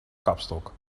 kapstok